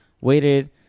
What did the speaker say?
waited